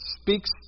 speaks